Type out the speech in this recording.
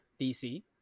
DC